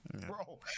Bro